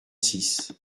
six